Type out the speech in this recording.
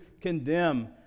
condemn